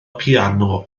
piano